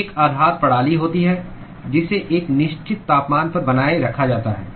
एक आधार प्रणाली होती है जिसे एक निश्चित तापमान पर बनाए रखा जाता है